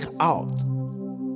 out